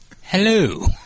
Hello